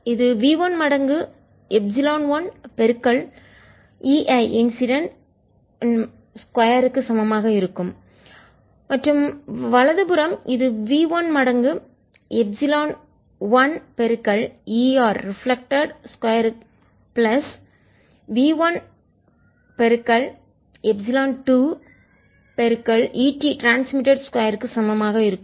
இது v 1 மடங்கு epsilon 1 EI incident 2 க்கு சமமாக இருக்கும் மற்றும் வலது புறம் இது v 1 மடங்கு epsilon 1 ER reflected 2 plus v 1 மடங்கு எப்சிலன் 2 ET ட்ரான்ஸ்மிட்டட் 2 க்கு சமமாக இருக்கும்